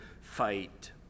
fight